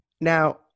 Now